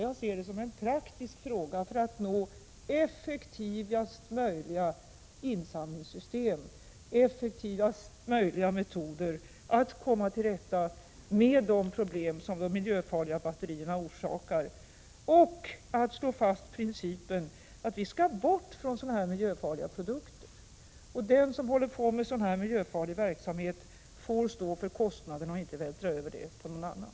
Jag ser det hela som en praktisk fråga för att nå effektivaste möjliga insamlingssystem, effektivaste möjliga metoder att komma till rätta med de problem som de miljöfarliga batterierna orsakar. Vi slår fast principen att vi måste få bort sådana här miljöfarliga produkter, och den som håller på med miljöfarlig verksamhet måste stå för kostnaderna och får inte vältra över dem på någon annan.